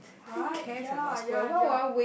right ya ya ya